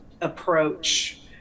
approach